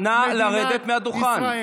נא לרדת מהדוכן.